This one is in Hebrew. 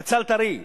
בצל טרי,